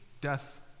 death